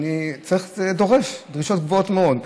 זה דורש דרישות גבוהות מאוד.